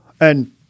And-